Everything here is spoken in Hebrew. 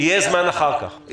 תודה רבה לכולם,